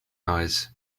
eyes